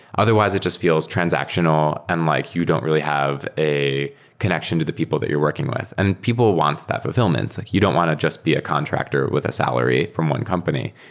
otherwise it just feels transactional and like you don't really have a connection to the people that you're working with, and people want that fulfi llment. like you don't want to just be a contractor with a salary from one company.